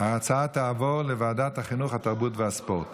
ההצעה תעבור לוועדת החינוך, התרבות והספורט